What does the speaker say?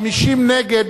50 נגד,